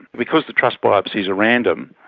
because the trus biopsies are random,